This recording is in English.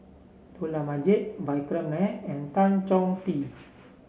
Dollah Majid Vikram Nair and Tan Chong Tee